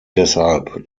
deshalb